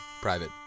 private